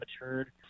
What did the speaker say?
matured